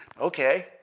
Okay